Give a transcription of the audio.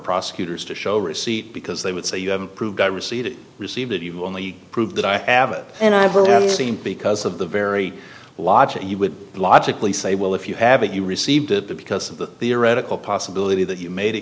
prosecutors to show receipt because they would say you haven't proved i reseated received it you only prove that i advocate and i've seen because of the very logic you would logically say well if you have it you received it because of the theoretical possibility that you made it